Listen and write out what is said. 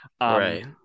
Right